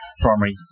primary